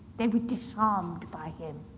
they were disarmed by him.